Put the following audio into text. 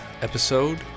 episode